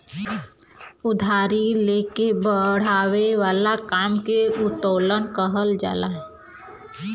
उधारी ले के बड़ावे वाला काम के उत्तोलन कहल जाला